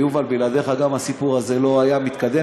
יובל, גם בלעדיך הסיפור הזה לא היה מתקדם.